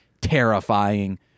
Terrifying